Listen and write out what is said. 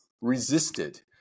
resisted